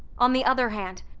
on the other hand,